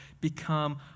become